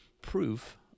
proof